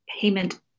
payment